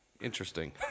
Interesting